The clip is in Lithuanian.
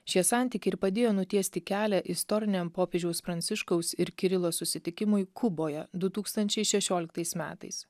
šie santykiai ir padėjo nutiesti kelią istoriniam popiežiaus pranciškaus ir kirilo susitikimui kuboje du tūkstančiai šešioliktais metais